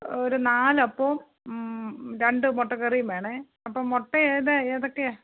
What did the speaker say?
ഒരു നാലപ്പവും രണ്ടു മുട്ടക്കറിയും വേണേ അപ്പം മുട്ട ഏതാണ് ഏതൊക്കെയാണ്